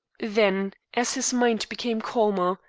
then, as his mind became calmer,